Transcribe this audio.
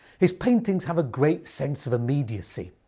his paintings have a great sense of immediacy,